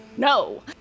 No